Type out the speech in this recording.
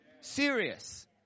Serious